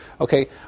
okay